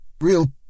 real